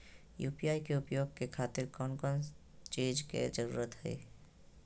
UPI के उपयोग के खातिर कौन कौन चीज के जरूरत है?